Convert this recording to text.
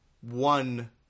one